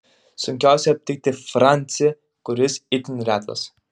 sunkiausia aptikti francį kuris itin retas